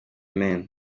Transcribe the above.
men